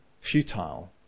futile